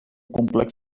complex